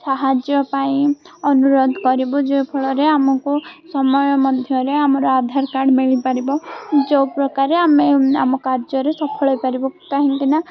ସାହାଯ୍ୟ ପାଇଁ ଅନୁରୋଧ କରିବୁ ଯେଉଁ ଫଳରେ ଆମକୁ ସମୟ ମଧ୍ୟରେ ଆମର ଆଧାର କାର୍ଡ଼ ମିଳିପାରିବ ଯେଉଁ ପ୍ରକାରେ ଆମେ ଆମ କାର୍ଯ୍ୟରେ ସଫଳ ହେଇପାରିବୁ କାହିଁକି ନା